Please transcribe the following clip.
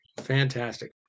fantastic